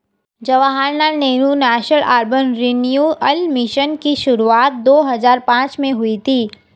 Jawaharlal Nehru national urban renewal mission की शुरुआत दो हज़ार पांच में हुई थी